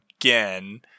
again